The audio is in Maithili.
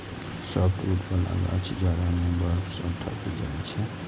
सॉफ्टवुड बला गाछ जाड़ा मे बर्फ सं ढकि जाइ छै